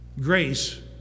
grace